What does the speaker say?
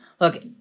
Look